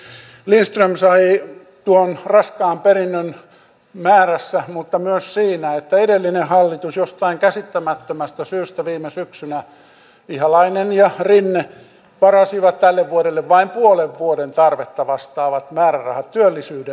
ministeri lindström sai tuon raskaan perinnön määrässä mutta myös siinä että edellinen hallitus ihalainen ja rinne jostain käsittämättömästä syystä viime syksynä varasi tälle vuodelle vain puolen vuoden tarvetta vastaavat määrärahat työllisyyden hoitoon